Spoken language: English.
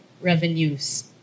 revenues